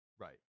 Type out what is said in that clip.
Right